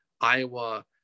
Iowa